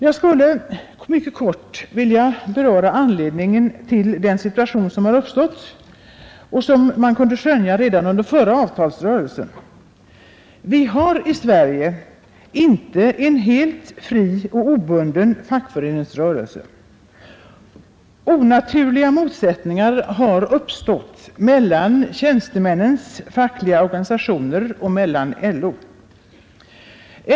Jag skulle mycket kort vilja beröra anledningen till den situation som uppstått och som man kunde skönja redan under förra avtalsrörelsen. Vi har i sverige inte en helt fri och obunden fackföreningsrörelse. Onaturliga motsättningar har uppstått mellan tjänstemännens fackliga organisationer och LO.